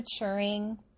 maturing